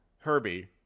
Herbie